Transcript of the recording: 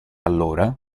allora